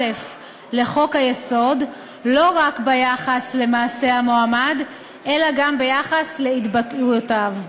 לחוק-היסוד לא רק ביחס למעשה המועמד אלא גם ביחס להתבטאויותיו.